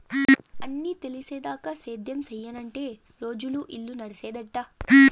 అన్నీ తెలిసేదాకా సేద్యం సెయ్యనంటే రోజులు, ఇల్లు నడిసేదెట్టా